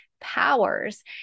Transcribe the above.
powers